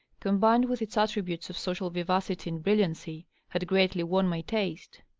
combined with its attributes of social vivacity and brilliancy, had greatly won my taste.